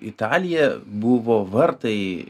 italija buvo vartai